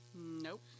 Nope